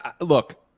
look